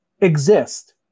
exist